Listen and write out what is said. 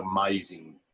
amazing